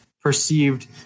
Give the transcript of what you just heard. perceived